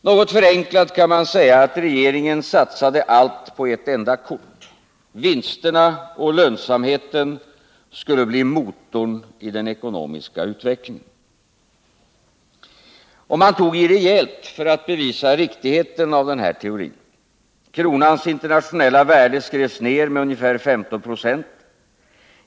Något förenklat kan man säga att regeringen satsade allt på ett enda kort — vinsterna och lönsamheten skulle bli motorn i den ekonomiska utvecklingen. Och man tog i rejält för att bevisa riktigheten av den här teorin. Kronans internationella värde skrevs ner med ca 15 90.